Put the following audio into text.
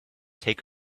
take